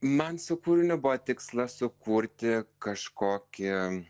man su kūriniu buvo tikslas sukurti kažkokį